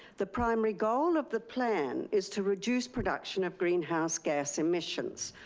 the primary goal of the plan is to reduce production of greenhouse gas emissions.